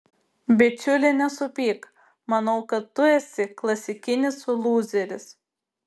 bičiuli nesupyk manau kad tu esi klasikinis lūzeris